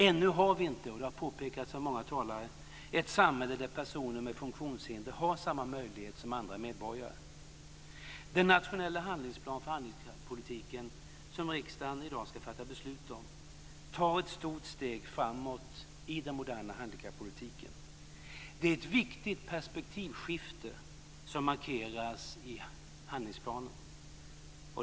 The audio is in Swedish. Ännu har vi inte - det har påpekats av många talare - ett samhälle där personer med funktionshinder har samma möjlighet som andra medborgare. Den nationella handlingsplan för handikappolitiken som riksdagen i dag ska fatta beslut om tar ett stort steg framåt i den moderna handikappolitiken. Det är ett viktigt perspektivskifte som markeras i handlingsplanen.